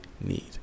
need